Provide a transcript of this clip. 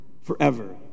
forever